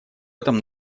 этом